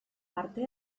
parte